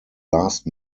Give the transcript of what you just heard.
last